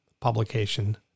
publication